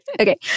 Okay